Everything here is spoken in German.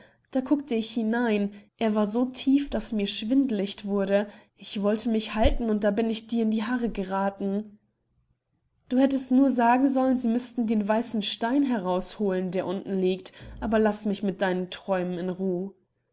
da guckte ich hinein er war so tief daß mir schwindlicht wurde ich wollte mich halten und da bin ich dir in die haare gerathen du hättest nur sagen sollen sie müßten den weißen stein herausholen der unten liegt aber laß mich mit deinen träumen in ruh